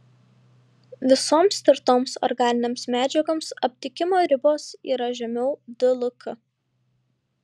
visoms tirtoms organinėms medžiagoms aptikimo ribos yra žemiau dlk